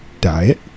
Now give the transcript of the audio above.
diet